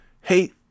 Hey